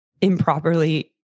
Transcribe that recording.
improperly